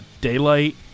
Daylight